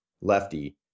lefty